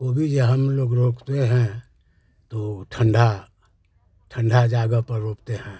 गोभी जे हम लोग रोपते हैं तो ठंडा ठंडा जगह पर रोपते हैं